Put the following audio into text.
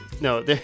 No